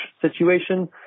situation